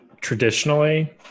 traditionally